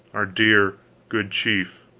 our dear good chief,